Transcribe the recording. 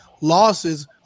losses